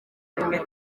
rimwe